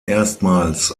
erstmals